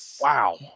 Wow